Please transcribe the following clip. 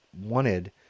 wanted